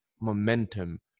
momentum